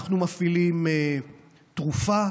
אנחנו מפעילים תרופה,